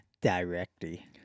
directly